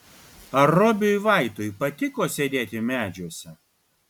ar robiui vaitui patiko sėdėti medžiuose